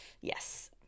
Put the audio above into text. Yes